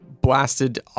blasted